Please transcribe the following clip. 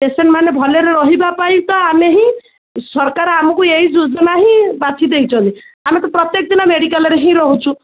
ପେସେଣ୍ଟମାନେ ଭଲରେ ରହିବା ପାଇଁ ତ ଆମେ ହିଁ ସରକାର ଆମକୁ ଏହି ଯୋଜନା ହିଁ ବାଛି ଦେଇଛନ୍ତି ଆମେ ତ ପ୍ରତ୍ୟେକ ଦିନ ମେଡ଼ିକାଲ୍ରେ ହିଁ ରହୁଛୁ